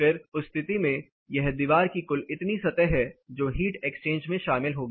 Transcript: फिर उस स्थिति में यह दीवार की कुल इतनी सतह है जो हीट एक्सचेंज में शामिल है